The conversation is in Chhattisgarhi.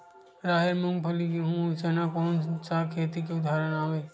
राहेर, मूंगफली, गेहूं, अउ चना कोन सा खेती के उदाहरण आवे?